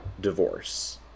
divorce